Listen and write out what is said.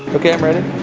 ok i'm ready.